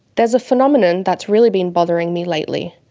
there's a phenomenon that's really been bothering me lately,